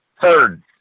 third